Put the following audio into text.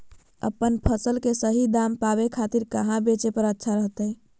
अपन फसल के सही दाम पावे खातिर कहां बेचे पर अच्छा रहतय?